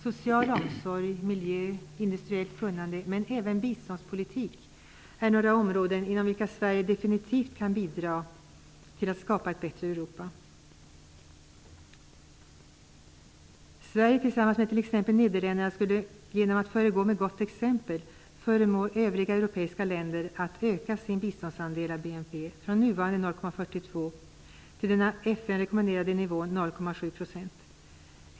Social omsorg, miljö, industriellt kunnande och även biståndspolitik är några områden inom vilka Sverige definitivt kan bidra till att skapa ett bättre Europa. Genom att föregå med gott exempel skulle Sverige tillsammans med t.ex. Nederländerna kunna förmå övriga europeiska länder att öka deras biståndsandel av respektive rekommenderade nivån 0,70 %.